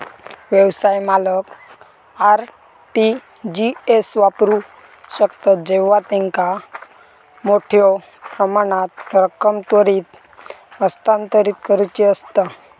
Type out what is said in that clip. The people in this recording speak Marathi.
व्यवसाय मालक आर.टी.जी एस वापरू शकतत जेव्हा त्यांका मोठ्यो प्रमाणात रक्कम त्वरित हस्तांतरित करुची असता